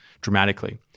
dramatically